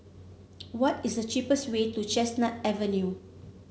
what is the cheapest way to Chestnut Avenue